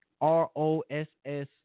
R-O-S-S